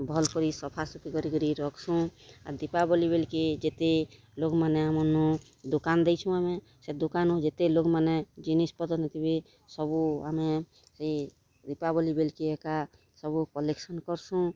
ଭଲ୍କରି ସଫାସୁଫି କରି କରି ରଖ୍ସୁଁ ଆାର୍ ଦୀପାବଲି ବେଲ୍କେ ଯେତେ ଲୋକ୍ ମାନେ ଆମର୍ନୁ ଦୋକାନ୍ ଦେଇଛୁଁ ଆମେ ସେ ଦୋକାନ୍ରୁ ଯେତେ ଲୋକ୍ମାନେ ଆମର୍ନୁ ଦୁକାନ୍ ଦେଇଛୁ ଆମେ ସେ ଦୁକାନୁ ଯେତେ ଲୋକ୍ମାନେ ଜିନିଷ୍ ପତର୍ ନେଇଥିବେ ସବୁ ଆମେ ସେ ଦୀପାବଲି ବେଲ୍କେ ଏକା ସବୁ କଲେକ୍ସନ୍ କର୍ସୁଁ